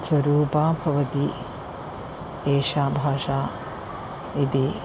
स्वरूपा भवति एषा भाषा इति